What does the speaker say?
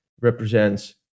represents